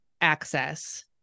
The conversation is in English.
access